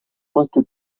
qualche